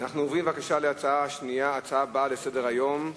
אנחנו עוברים, בבקשה, להצעה הבאה לסדר-היום: